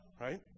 right